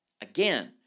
Again